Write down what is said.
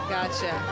Gotcha